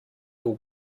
your